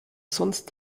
sonst